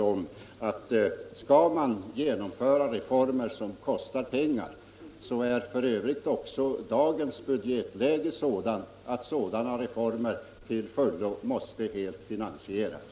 Och skall man genomföra reformer som kostar pengar bör man också tänka på att dagens budgetläge är sådant att de reformerna till fullo måste finansieras.